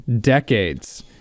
decades